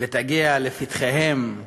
ותגיע לפתחם,